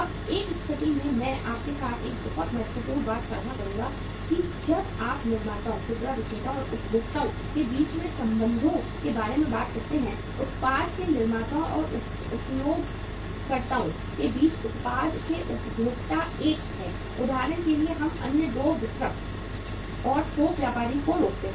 अब एक स्थिति में मैं आपके साथ एक बहुत महत्वपूर्ण बात साझा करूंगा कि जब आप निर्माताओं खुदरा विक्रेताओं और उपभोक्ताओं के बीच के संबंधों के बारे में बात करते हैं उत्पाद के निर्माताओं और उपयोगकर्ताओं के बीच उत्पाद के उपभोक्ता एक हैं उदाहरण के लिए हम अन्य दो वितरक और थोक व्यापारी को रोकते हैं